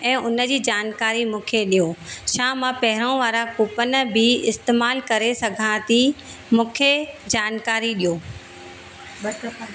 ऐं उन जी जानकारी मूंखे ॾियो छा मां पहिरों वारा कूपन बि इस्तेमाल करे सघां थी मूंखे जानकारी ॾियो